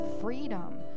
freedom